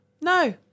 no